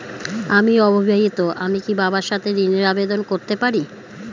আমি অবিবাহিতা আমি কি বাবার সাথে ঋণের আবেদন করতে পারি?